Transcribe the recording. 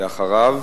אחריו